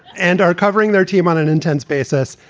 and are covering their team on an intense basis.